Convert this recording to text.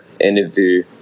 interview